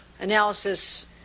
analysis